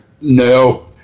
No